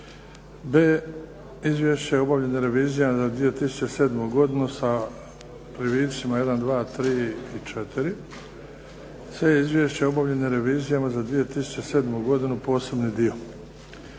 b) Izvješće o obavljenim revizijama za 2007. godinu, s privicima 1., 2., 3. i 4. c) Izvješće o obavljenim revizijama za 2007. godinu, posebni dio